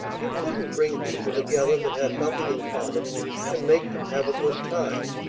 you couldn't bring people together that had nothing in common and make them have a good time.